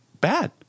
bad